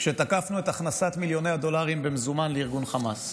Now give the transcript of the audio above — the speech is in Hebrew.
כשתקפנו את הכנסת מיליוני הדולרים במזומן לארגון חמאס.